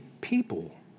people